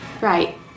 Right